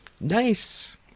Nice